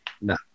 No